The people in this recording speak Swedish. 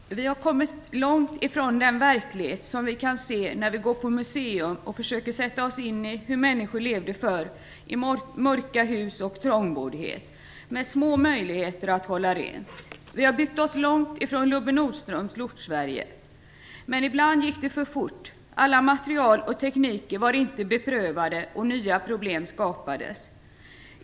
Fru talman! Vi har kommit långt från den verklighet som vi kan se när vi går på museum och försöker sätta oss in i hur människor levde förr, i mörka hus och med trångboddhet, med små möjligheter att hålla rent. Vi har byggt oss långt från Lubbe Nordströms Lortsverige. Men ibland gick det för fort. Alla material och tekniker var inte beprövade och nya problem skapades.